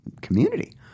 community